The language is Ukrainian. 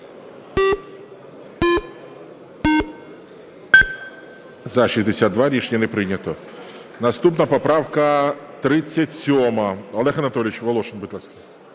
За-62 Рішення не прийнято. Наступна поправка 37. Олег Анатолійович Волошин, будь ласка.